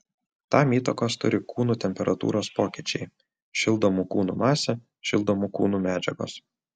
tam įtakos turi kūnų temperatūros pokyčiai šildomų kūnų masė šildomų kūnų medžiagos